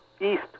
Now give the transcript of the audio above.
east